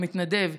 מתנדב,